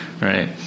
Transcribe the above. right